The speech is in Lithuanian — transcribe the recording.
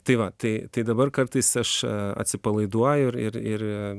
tai va tai tai dabar kartais aš atsipalaiduoju ir ir